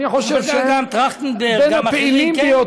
אני חושב שהם בין הפעילים, גם טרכטנברג, גם אחרים.